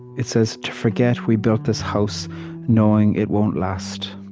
it says, to forget we built this house knowing it won't last.